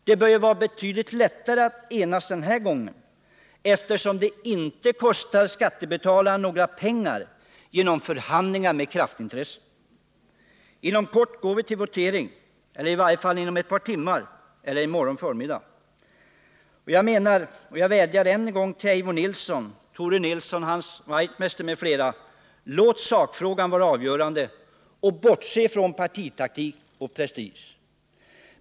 Det bör vara ännu lättare för oss att enas den här gången, eftersom det inte kostar skattebetalarna några pengar genom förhandlingar med kraftintressen. Inom kort går vi till votering — i varje fall om några timmar eller i morgon förmiddag. Jag vädjar än en gång till Eivor Nilson, Tore Nilsson, Hans Wachtmeister m.fl.: Låt sakfrågan vara avgörande och bortse från partitaktik och prestige.